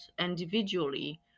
individually